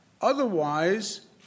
Otherwise